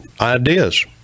Ideas